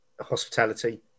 hospitality